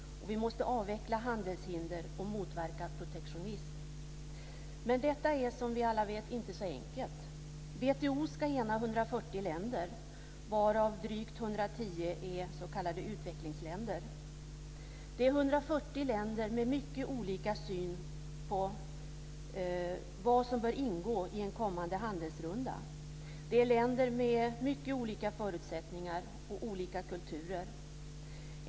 Vi måste avveckla handelshinder och motverka protektionism. Men detta är, som vi alla vet, inte så enkelt. WTO ska ena 140 länder, varav drygt 110 är s.k. utvecklingsländer. Det är 140 länder med mycket olika syn på vad som bör ingå i en kommande handelsrunda. Det är länder med mycket olika förutsättningar och olika kulturer.